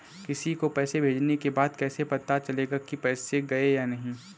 किसी को पैसे भेजने के बाद कैसे पता चलेगा कि पैसे गए या नहीं?